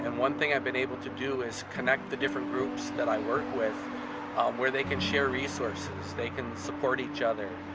and one thing i've been able to do is connect the different groups that i work with where they can share resources. they can support each other.